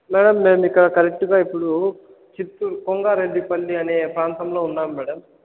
madam మేమిక్కడ కరెక్ట్గా ఇప్పుడు చిత్తూరు కొంగారెడ్డి పల్లి అనే ప్రాంతంలో ఉన్నాము మ్యాడం